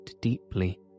deeply